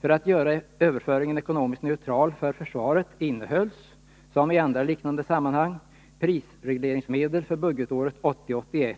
För att göra överföringen ekonomiskt neutral för försvaret innehölls — som i andra liknande sammanhang — prisregleringsmedel för budgetåret 1980/81.